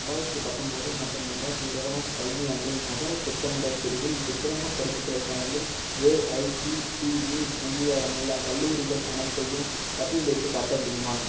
ரெண்டாயிரத்து பத்தொம்பது மற்றும் ரெண்டாயிரத்து இருபதாம் கல்வியாண்டில் நகரத் திட்டமிடல் பிரிவில் டிப்ளமோ படிப்புகளை வழங்கும் ஏஐசிடிஇ அங்கீகாரமுள்ள கல்லூரிகள் அனைத்தையும் பட்டியலிட்டுக் காட்ட முடியுமா